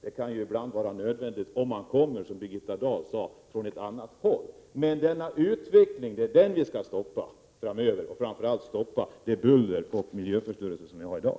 Det kan ju ibland vara nödvändigt, som Birgitta Dahl sade, om man kommer från ett annat håll. Det vi skall stoppa framöver är framför allt utvecklingen mot mer buller och den miljöförstörelse som vi har i dag.